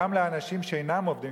גם לאנשים שאינם עובדים,